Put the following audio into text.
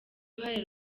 uruhare